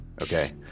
Okay